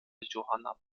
johanna